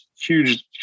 huge